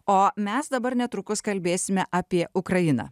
o mes dabar netrukus kalbėsime apie ukrainą